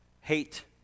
hate